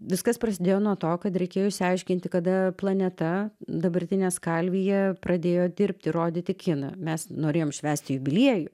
viskas prasidėjo nuo to kad reikėjo išsiaiškinti kada planeta dabartinė skalvija pradėjo dirbti rodyti kiną mes norėjom švęsti jubiliejų